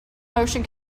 motion